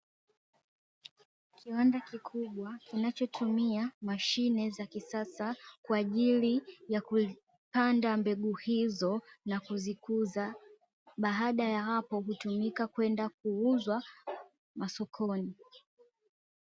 Kiwanda cha kisasa kinachotumia mashine za kisasa kwaajili ya kuzipanda mbegu hizo na kuzikuza, baada ya hapo hutumika kwenda kuuzwa masokoni.